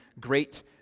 great